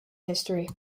history